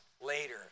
later